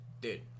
Dude